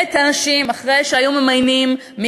אחרי שהיו ממיינים את האנשים,